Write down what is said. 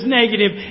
negative